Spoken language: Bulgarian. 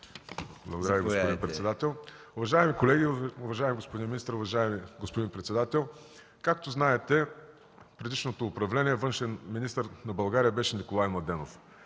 Благодаря Ви, господин председател. Уважаеми колеги, уважаеми господин министър, уважаеми господин председател! Както знаете, в предишното управление външен министър на България беше Николай Младенов